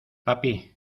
papi